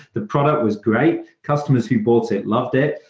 the product was great. customers who bought it loved it,